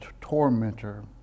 tormentor